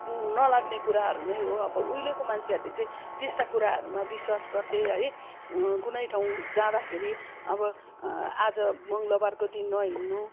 नलाग्ने कुराहरू नै हो अब उहिलेको मान्छेहरूले चाहिँ त्यस्ता कुराहरूमा विश्वास गर्थे है कुनै ठाउँ जाँदाखेरि अब आज मङ्गलबारको दिन हो नहिँड्नु है